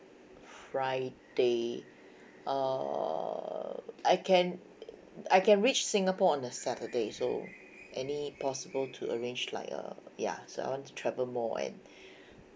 friday err I can I can reach singapore on the saturday so any possible to arrange like a ya so I want travel more and